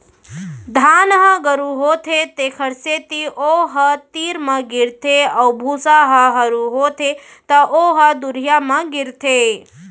धान ह गरू होथे तेखर सेती ओ ह तीर म गिरथे अउ भूसा ह हरू होथे त ओ ह दुरिहा म गिरथे